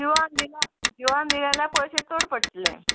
शिंवोन दिला शिंवान दिले जाल्यार पयशे चड पडटले